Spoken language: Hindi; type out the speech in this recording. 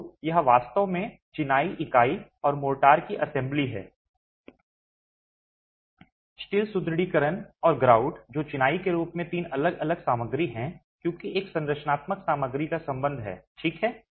तो यह वास्तव में चिनाई इकाई और मोर्टार की एक असेंबली है स्टील सुदृढीकरण और ग्राउट जो चिनाई के रूप में तीन अलग अलग सामग्री हैं क्योंकि एक संरचनात्मक सामग्री का संबंध है ठीक है